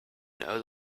know